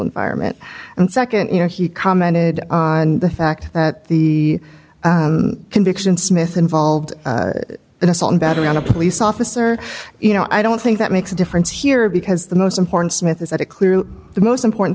environment and second you know he commented on the fact that the conviction smith involved in assault and battery on a police officer you know i don't think that makes a difference here because the most important smith is that it clearly the most important